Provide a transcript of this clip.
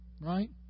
Right